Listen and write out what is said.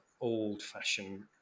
old-fashioned